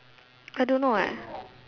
I don't know eh